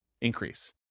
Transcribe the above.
increase